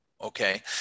Okay